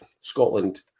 Scotland